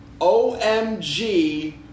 OMG